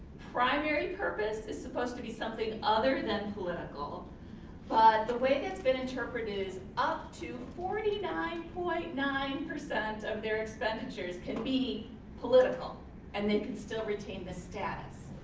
primary purpose is supposed to be something other than political, but the way that's been interpreted is up to forty nine point nine of their expenditures can be political and they could still retain this status.